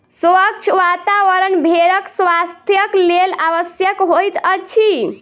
स्वच्छ वातावरण भेड़क स्वास्थ्यक लेल आवश्यक होइत अछि